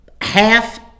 half –